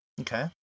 Okay